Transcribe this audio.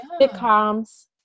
sitcoms